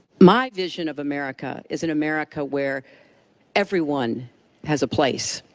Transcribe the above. my vision of america is an america where everyone has a place,